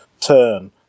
turn